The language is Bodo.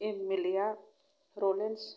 एमएलए आ लरेन्स